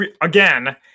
again